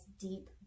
deep